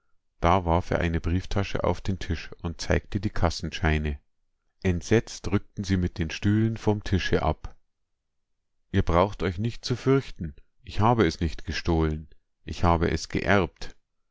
da warf er eine brieftasche auf den tisch und zeigte die kassenscheine entsetzt rückten sie mit den stühlen vom tische ab ihr braucht euch nicht zu fürchten ich habe es nicht gestohlen ich habe es geerbt